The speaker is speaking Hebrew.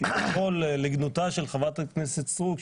כביכול בגנותה של חברת הכנסת סטרוק,